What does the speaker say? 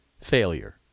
failure